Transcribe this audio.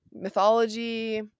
mythology